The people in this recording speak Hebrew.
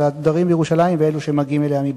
הדרים בירושלים ואלה שמגיעים אליה מבחוץ?